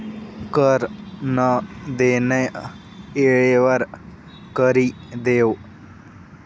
कर नं देनं येळवर करि देवं